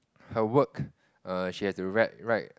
her work err she has to write write